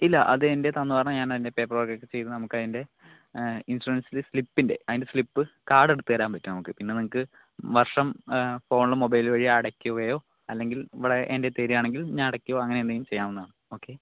ഇല്ല അതെൻ്റെ തന്ന് കഴിഞ്ഞാൽ ഞാനയിൻ്റെ പേപ്പർ വർക്കൊക്കെ ചെയ്ത് നമ്മക്കയിൻ്റെ ഇൻഷുറൻസില് സ്ലിപ്പിൻറെ അതിൻ്റെ സ്ലിപ്പ് കാർഡ് എടുത്ത് തരാൻ പറ്റും പിന്നെ നിങ്ങൾക്ക് വർഷം ഫോണില് മൊബൈല് വഴി അടക്കുകയോ അല്ലെങ്കിൽ ഇവിടെ എൻ്റെൽ തരികയാണെങ്കിൽ ഞാൻ അടയ്ക്കുവോ അങ്ങനെന്തെങ്കിലും ചെയ്യവുന്നതാണ് ഓക്കെ